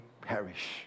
perish